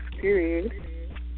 period